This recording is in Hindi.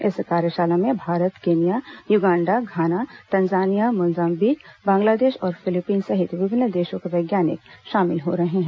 इस कार्यशाला में Bharat Kenya Uganda Ghana Tanzania Mozambique Bangladesh और फिलीपींस सहित विभिन्न देशों के वैज्ञानिक शामिल हो रहे हैं